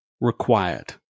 required